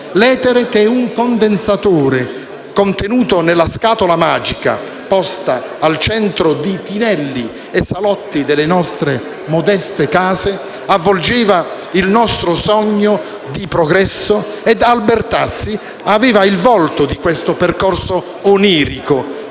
l'etere che un condensatore contenuto nella scatola magica, posta al centro di tinelli e salotti delle nostre modeste case, avvolgeva il nostro sogno di progresso. Albertazzi aveva il volto di questo percorso onirico,